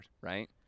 right